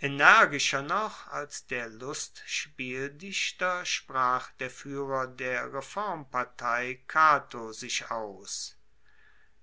energischer noch als der lustspieldichter sprach der fuehrer der reformpartei cato sich aus